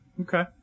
Okay